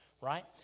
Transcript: right